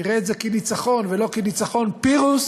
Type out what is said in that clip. יראה את זה כניצחון ולא כניצחון פירוס,